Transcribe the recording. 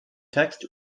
text